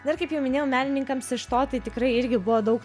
na ir kaip jau minėjau menininkams iš to tai tikrai irgi buvo daug